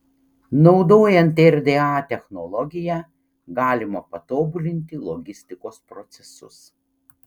naudojant rda technologiją galima patobulinti logistikos procesus